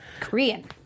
Korean